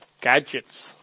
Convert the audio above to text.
gadgets